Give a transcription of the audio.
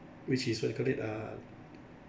which is what you call it ah